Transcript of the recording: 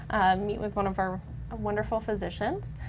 meet with one of our wonderful physicians,